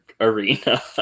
Arena